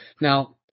Now